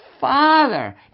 father